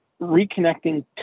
reconnecting